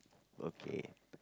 okay